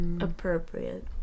appropriate